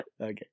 Okay